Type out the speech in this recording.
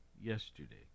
yesterday